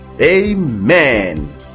Amen